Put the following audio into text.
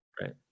right